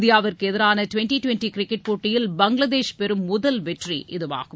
இந்தியாவுக்கு எதிரான twenty twenty cricket போட்டியில் பங்களாதேஷ் பெறும் முதல் வெற்றி இதுவாகும்